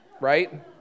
Right